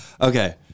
Okay